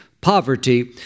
poverty